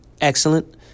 excellent